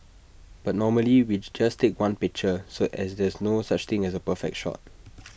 but normally which just take one picture so as there's no such thing as A perfect shot